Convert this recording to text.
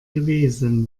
gewesen